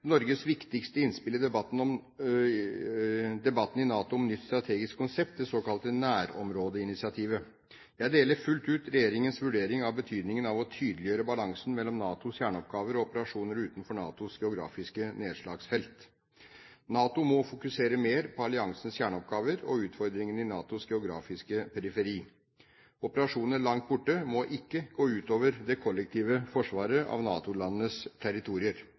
Norges viktigste innspill i debatten i NATO om et nytt strategisk konsept det såkalte nærområdeinitiativet. Jeg deler fullt ut regjeringens vurdering av betydningen av å tydeliggjøre balansen mellom NATOs kjerneoppgaver og operasjoner utenfor NATOs geografiske nedslagsfelt. NATO må fokusere mer på alliansens kjerneoppgaver og utfordringene i NATOs geografiske periferi. Operasjoner langt borte må ikke gå ut over det kollektive forsvaret av NATO-landenes territorier.